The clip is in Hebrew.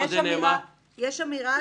יש אמירה